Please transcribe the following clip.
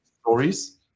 stories